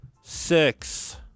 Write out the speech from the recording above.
six